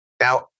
Now